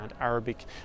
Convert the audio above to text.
Arabic